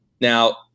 now